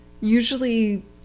Usually